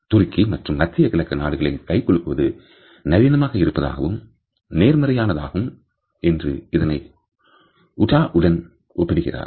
துருக்கி மற்றும் மத்திய கிழக்கு நாடுகளில் கைகுலுக்குவது நளினமாக இருப்பதாகவும் நேர்மறையான தாகும் என்று இதனை Utah உடன் ஒப்பிடுகிறார்